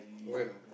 when